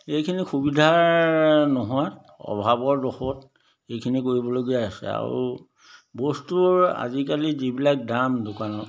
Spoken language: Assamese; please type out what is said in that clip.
এইখিনি সুবিধাৰ নোহোৱাত অভাৱৰ দোষত এইখিনি কৰিবলগীয়া হৈছে আৰু বস্তুৰ আজিকালি যিবিলাক দাম দোকানত